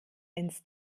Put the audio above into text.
ins